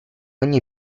ogni